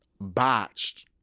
Botched